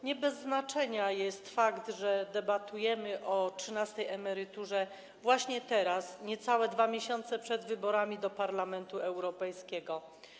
Nie bez znaczenia jest fakt, że debatujemy o trzynastej emeryturze właśnie teraz, niecałe 2 miesiące przed wyborami do Parlamentu Europejskiego.